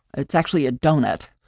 it's actually a donut.